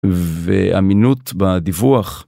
ואמינות בדיווח.